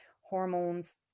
hormones